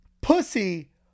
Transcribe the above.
pussy